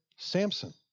Samson